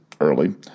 early